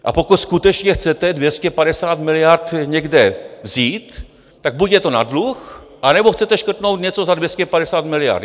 A pokud skutečně chcete 250 miliard někde vzít, tak buď je to na dluh, anebo chcete škrtnout něco za 250 miliard.